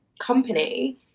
company